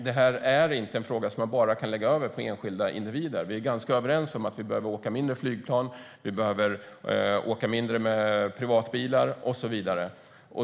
Detta är inte en fråga som man bara kan lägga över på enskilda individer. Vi är ganska överens om att vi behöver åka mindre med flygplan och privatbilar och så vidare.